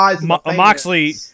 Moxley